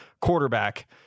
quarterback